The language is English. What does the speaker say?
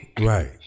Right